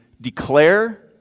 declare